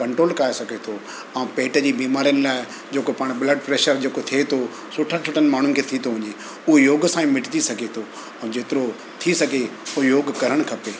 control करे सघे थो ऐं पेट जी बिमारियुनि लाइ जेको पाण ब्लड प्रैशर जेको थिए थो सुठनि सुठनि माण्हुनि खे थी थो वञे उहो योग सां ई मिटिजी सघे थो ऐं जेतिरो थी सघे उहा योग करणु खपे